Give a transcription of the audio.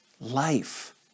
Life